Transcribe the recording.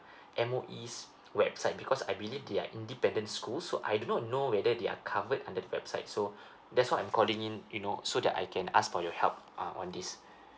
M_O_E's website because I believe they are independent school so I do not know whether they are covered under the website so that's why I'm calling in you know so that I can ask for your help uh on this